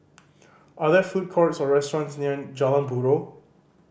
are there food courts or restaurants near Jalan Buroh